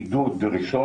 שזה "בידוד ראשון",